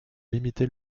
limiter